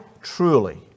truly